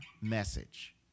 message